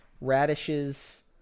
radishes